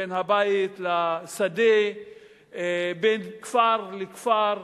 בין הבית לשדה ובין כפר לכפר.